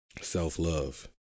self-love